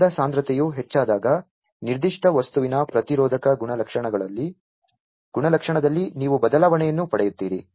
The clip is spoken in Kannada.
ಅನಿಲದ ಸಾಂದ್ರತೆಯು ಹೆಚ್ಚಾದಾಗ ನಿರ್ದಿಷ್ಟ ವಸ್ತುವಿನ ಪ್ರತಿರೋಧಕ ಗುಣಲಕ್ಷಣದಲ್ಲಿ ನೀವು ಬದಲಾವಣೆಯನ್ನು ಪಡೆಯುತ್ತೀರಿ